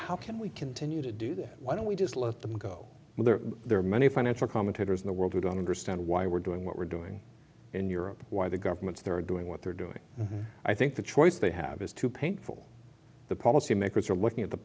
how can we continue to do that why don't we just let them go where there are many financial commentators in the world who don't understand why we're doing what we're doing in europe why the governments there are doing what they're doing i think the choice they have is too painful the policymakers are looking